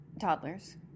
Toddlers